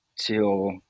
till